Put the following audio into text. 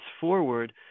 forward